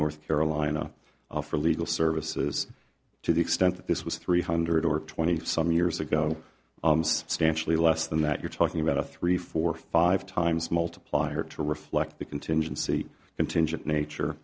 north carolina for legal services to the extent that this was three hundred or twenty some years ago substantially less than that you're talking about a three four five times multiplier to reflect the contingency contingent nature